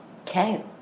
Okay